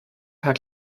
paar